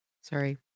Sorry